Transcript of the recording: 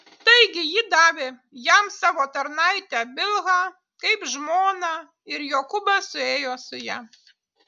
taigi ji davė jam savo tarnaitę bilhą kaip žmoną ir jokūbas suėjo su ja